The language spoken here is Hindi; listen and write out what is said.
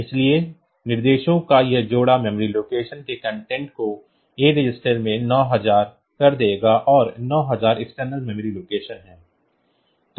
इसलिए निर्देशों का यह जोड़ा मेमोरी लोकेशन के कंटेंट को A रजिस्टर में 9000 कर देगा और 9000 एक्सटर्नल मेमोरी लोकेशन है